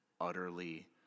utterly